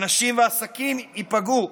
אנשים ועסקים ייפגעו.